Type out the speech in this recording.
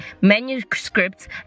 manuscripts